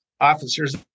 officers